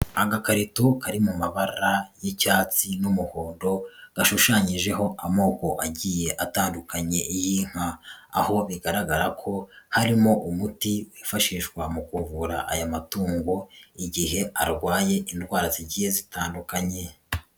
Agakarito ka mu mabara y'icyatsi n'umuhondo, gashushanyijeho amoko agiye atandukanye y'inka. Aho igaragara ko harimo umuti wifashishwa mu kuvura aya matungo igihe arwaye indwara zigiye zitandukanye.